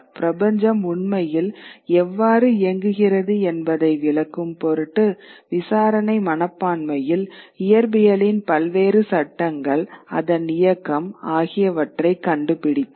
பிரபஞ்சம் உண்மையில் எவ்வாறு இயங்குகிறது என்பதை விளக்கும் பொருட்டு விசாரணை மனப்பான்மையில் இயற்பியலின் பல்வேறு சட்டங்கள் அதன் இயக்கம் ஆகியவற்றைக் கண்டுபிடித்தார்